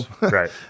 right